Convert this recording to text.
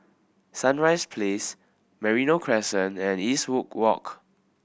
Sunrise Place Merino Crescent and Eastwood Walk